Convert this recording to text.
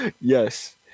Yes